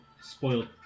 spoil